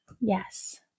yes